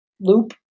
loop